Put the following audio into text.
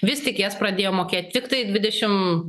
vis tik jas pradėjo mokėt tiktai dvidešim